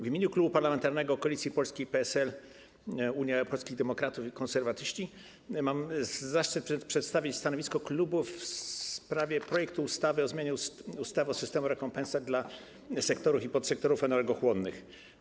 W imieniu Klubu Parlamentarnego Koalicja Polska - PSL, Unia Europejskich Demokratów, Konserwatyści mam zaszczyt przedstawić stanowisko klubu w sprawie projektu ustawy o zmianie ustawy o systemie rekompensat dla sektorów i podsektorów energochłonnych.